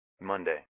Monday